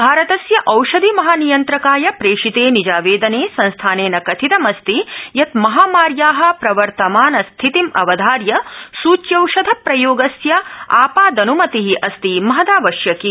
भारतस्य औषधि महानियन्त्रकाय प्रश्तितमिजावत्ति ज्ञिंस्थानतकथितमस्ति यत् महामार्या वर्तमान स्थितिं अवधार्य सूच्यौषधप्रयोगस्य आपादनुमति अस्ति महदावश्यकी